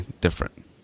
different